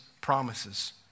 promises